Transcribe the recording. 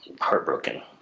heartbroken